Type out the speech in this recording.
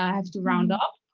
ah have to round up.